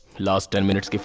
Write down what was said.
last ten minutes